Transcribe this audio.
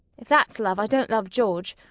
if that's love i don't love george.